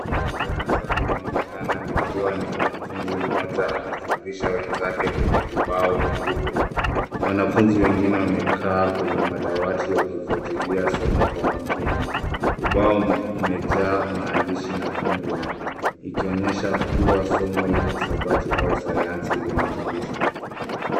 Darasa lina Linaonekana likiwa na mwanafunzi moja akifundisha wenzake kwenye ubao mweupe. Wanafunzi wengine wamekaa madawati wakifuatilia somo kwa makini. Ubao umejaa maandishi ya fomyula ikionyesha kuwa somo la hesabati au sayansi linafundishwa.